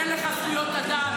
אין לך זכויות אדם.